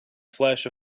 flash